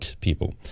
people